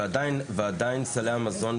ועדיין סליי המזון,